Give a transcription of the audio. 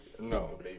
No